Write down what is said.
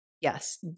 yes